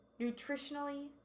nutritionally